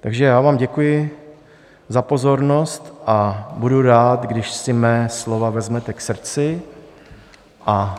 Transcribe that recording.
Takže já vám děkuji za pozornost a budu rád, když si moje slova vezmete k srdci a